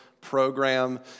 Program